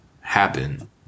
happen